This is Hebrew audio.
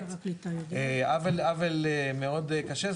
עוול מאוד קשה,